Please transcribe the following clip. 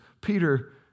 Peter